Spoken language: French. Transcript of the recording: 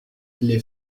les